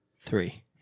Three